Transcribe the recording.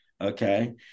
Okay